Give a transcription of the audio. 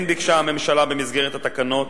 כן ביקשה הממשלה, במסגרת התקנות,